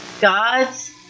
God's